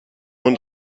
und